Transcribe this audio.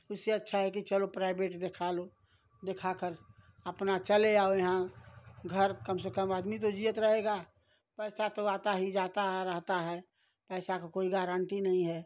उससे अच्छा है कि चलो प्राइवेट दिखा लो दिखा कर अपना चले आओ यहाँ घर कम से कम आदमी तो जिअत रहेगा पैसा तो आता ही जाता रहता है पैसा क कोई गैरन्टी नहीं है